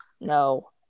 No